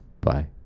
Bye